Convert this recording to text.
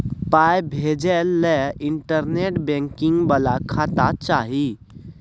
पाय भेजय लए इंटरनेट बैंकिंग बला खाता चाही